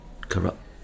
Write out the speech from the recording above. corrupt